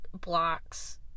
blocks